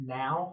now